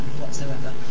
whatsoever